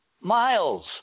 miles